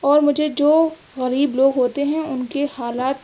اور مجھے جو غریب لوگ ہوتے ہیں ان کے حالات